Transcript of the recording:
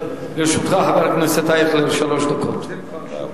חבר הכנסת אייכלר, לרשותך שלוש דקות.